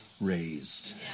raised